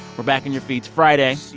we're back in your feeds friday.